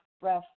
breath